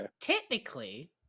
technically